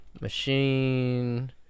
Machine